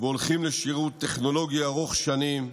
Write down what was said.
והולכים לשירות טכנולוגי ארוך שנים,